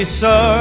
sir